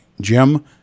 Jim